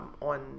On